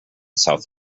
south